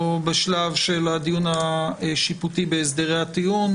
או בשלב של הדיון השיפוטי בהסדרי הטיעון.